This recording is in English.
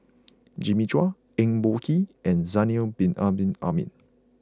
Jimmy Chua Eng Boh Kee and Zainal Abidin Ahmad